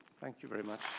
thank you very much.